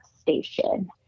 station